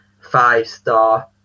five-star